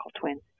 twins